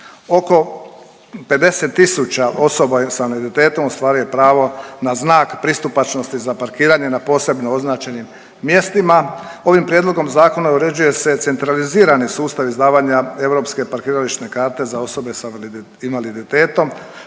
Oko 50000 osoba sa invaliditetom ostvaruje pravo na znak pristupačnosti za parkiranje na posebno označenim mjestima. Ovim prijedlogom zakona uređuje se centralizirani sustav izdavanja europske parkirališne karte za osobe sa invaliditetom